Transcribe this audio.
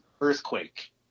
earthquake